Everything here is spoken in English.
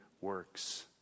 works